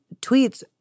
tweets